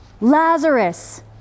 Lazarus